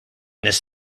this